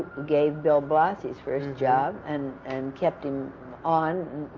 gave bill blass his first and job, and and kept him on.